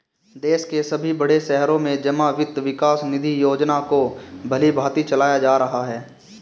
देश के सभी बड़े शहरों में जमा वित्त विकास निधि योजना को भलीभांति चलाया जा रहा है